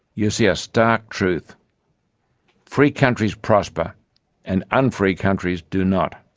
you see a stark truth free countries prosper and unfree countries do not.